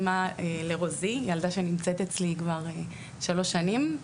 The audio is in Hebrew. היא אמא לרוזי ילדה שנמצאת אצלי כבר שלוש שנים,